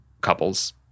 couples